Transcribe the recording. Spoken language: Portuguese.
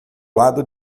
lado